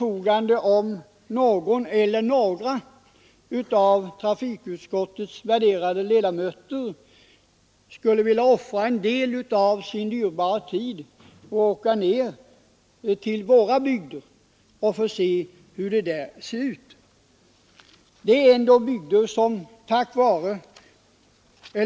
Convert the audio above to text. Om någon eller några av trafikutskottets värderade ledamöter skulle vilja offra en del av sin dyrbara tid på att åka till våra bygder och se hurdana förhållandena är där, skall jag gärna ställa mig till förfogande.